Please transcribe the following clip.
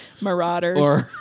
marauders